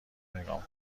نگاه